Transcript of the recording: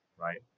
right